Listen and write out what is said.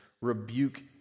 rebuke